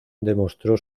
demostró